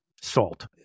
salt